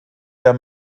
der